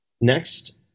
Next